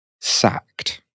sacked